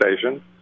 station